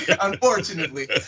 Unfortunately